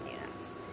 units